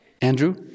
Andrew